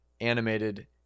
animated